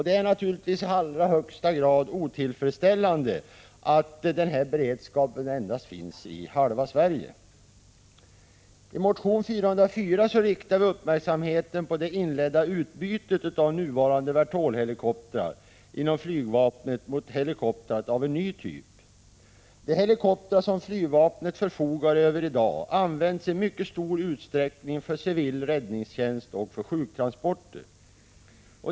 Det är naturligtvis i allra högsta grad otillfredsställande att denna beredskap endast finns i halva Sverige. I motion 404 riktar vi uppmärksamheten på det inledda utbytet av nuvarande vertolhelikoptrar inom flygvapnet mot helikoptrar av en ny typ. De helikoptrar som flygvapnet förfogar över i dag används i mycket stor utsträckning för civil räddningstjänst och för sjuktransporter.